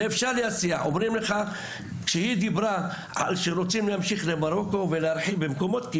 היא דיברה על כך שרוצים להמשיך למרוקו ולהרחיב למקומות אחרים כי